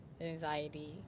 anxiety